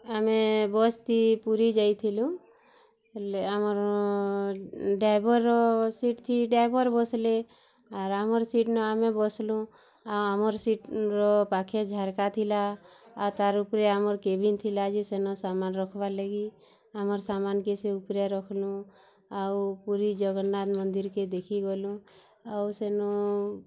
ଆମେ ବସ୍ତି ପୁରୀ ଯାଇଥିଲୁ ହେଲେ ଆମର ଡ଼ାଇବର୍ର ସିଟ୍ ଥି ଡ଼ାଇବର୍ ବସିଲେ ଆର୍ ଆମର ସିଟ୍ ନ ଆମେ ବସିଲୁଁ ଆଉ ଆମର୍ ସିଟ୍ର ପାଖେ ଝରକା ଥିଲା ଆଉ ତା'ର୍ ଉପରେ ଆମର୍ କ୍ୟାବିନ୍ ଥିଲା ଯେ ସେନ ସମାନ୍ ରଖ୍ବା ଲାଗି ଆମର୍ ସାମାନ୍ କେ ସେ ଉପରେ ରଖୁନୁ ଆଉ ପୁରୀ ଜଗନ୍ନାଥ ମନ୍ଦିର୍କେ ଦେଖି ଗଲୁଁ ଆଉ ସେନୁ